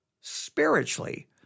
spiritually